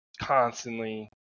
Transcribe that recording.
constantly